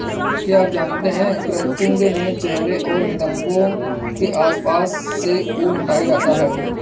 क्या आप जानते है क्रचिंग में चेहरे और नितंबो के आसपास से ऊन हटाया जाता है